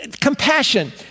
compassion